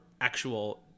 actual